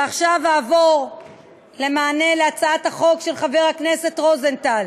ועכשיו אעבור למענה על הצעת החוק של חבר הכנסת רוזנטל.